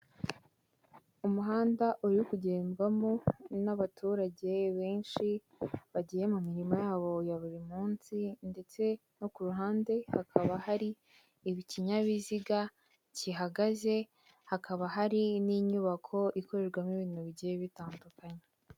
Umuhanda uri kugenzwamo n'abaturage benshi bagiye mu mirimo yabo ya buri munsi ndetse no ku ruhande hakaba hari ikinyabiziga kihagaze hakaba hari n'inyubako ikorerwamo ibintu bigiye bitandukanye.